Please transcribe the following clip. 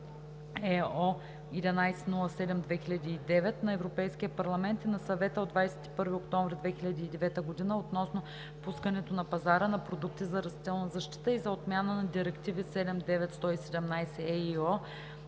№ 1107/2009 на Европейския парламент и на Съвета от 21 октомври 2009 г. относно пускането на пазара на продукти за растителна защита и за отмяна на директиви 79/117/ЕИО